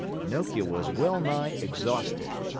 pinocchio was well-nigh exhausted.